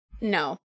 no